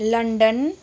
London